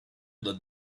that